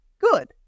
good